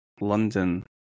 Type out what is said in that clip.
London